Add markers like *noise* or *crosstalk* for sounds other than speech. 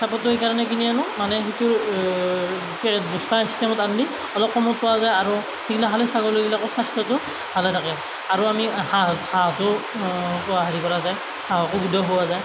চাপৰটো সেইকাৰণে কিনি আনো মানে সেইটোৰ *unintelligible* বস্তা চিষ্টেমত আনিলে অলপ কমত পোৱা যায় আৰু সেইগিলাক খালে ছাগলীগিলাক স্ৱাস্থ্যটো ভালে থাকে আৰু আমি হাঁহ হাঁহটো *unintelligible* হেৰি কৰা যায় হাঁহকো গুদা খুওৱা যায়